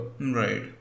Right